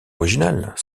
originales